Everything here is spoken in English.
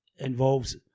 involves